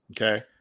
Okay